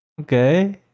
Okay